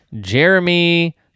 Jeremy